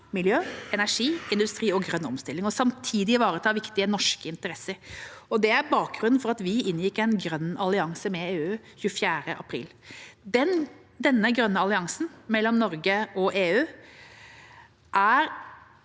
miljø, energi, industri og grønn omstilling – og samtidig ivareta viktige norske interesser. Dette er bakgrunnen for at vi inngikk en grønn allianse med EU den 24. april. Denne grønne alliansen mellom Norge og EU er